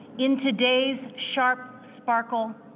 in today's sharp sparkle,